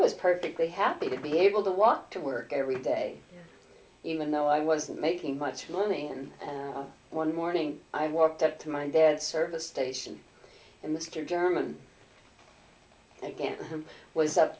was perfectly happy to be able to walk to work every day even though i wasn't making much money and one morning i walked up to my dad service station in the secure german again who was up